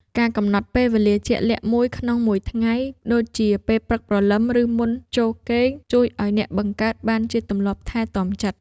ការកំណត់ពេលវេលាជាក់លាក់មួយក្នុងមួយថ្ងៃ ដូចជាពេលព្រឹកព្រលឹម ឬមុនពេលចូលគេង ជួយឱ្យអ្នកបង្កើតបានជាទម្លាប់ថែទាំចិត្ត។